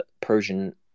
Persian